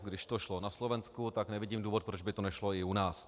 Když to šlo na Slovensku, tak nevidím důvod, proč by to nešlo i u nás.